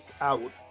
out